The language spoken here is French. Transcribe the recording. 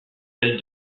celle